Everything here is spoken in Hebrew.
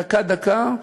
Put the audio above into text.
דקה-דקה,